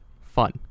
Fun